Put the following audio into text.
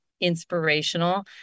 inspirational